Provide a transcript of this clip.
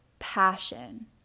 passion